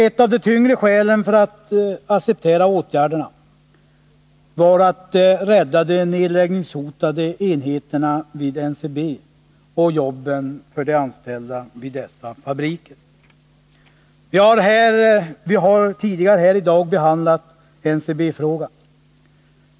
Ett av de tyngre skälen för att acceptera åtgärderna var att rädda de nedläggningshotade enheterna vid NCB och jobben för de anställda vid dess fabriker. Vi har tidigare här i dag behandlat NCB-frågan.